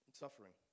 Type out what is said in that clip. suffering